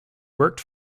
worked